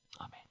Amen